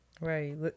right